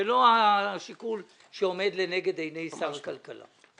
זה לא השיקול שעומד לנגד עיני שר הכלכלה.